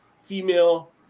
female